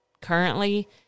currently